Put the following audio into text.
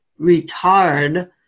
retard